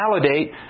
validate